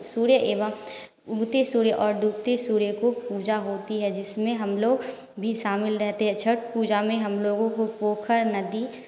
सूर्य एवं उगते सूर्य और डूबते सूर्य को पूजा होती है जिसमें हम लोग भी शामिल रहते हैं छठ पूजा में हम लोगों पोखर नदी